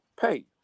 pay